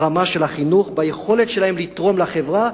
ברמה של החינוך, ביכולת שלהם לתרום לחברה,